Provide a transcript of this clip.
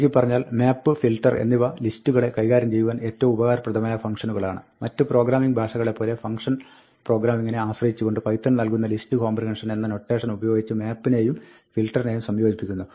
ചുരുക്കിപ്പറഞ്ഞാൽ map filter എന്നിവ ലിസ്റ്റുകളെ കൈകാര്യം ചെയ്യുവാൻ ഏറ്റവും ഉപകാരപ്രദമായ ഫങ്ക്ഷനുകളാണ് മറ്റു പ്രോഗ്രാമിംഗ് ഭാഷകളെ പോലെ ഫങ്ക്ഷൻ പ്രോഗ്രാമിംഗിനെ ആശ്രയിച്ചുകൊണ്ട് പൈത്തൺ നൽകുന്ന ലിസ്റ്റ് കോംബ്രിഹെൻഷൻ എന്ന നൊട്ടേഷൻ ഉപയോഗിച്ച് map നെയും filter നെയും സംയോജിപ്പിക്കുന്നു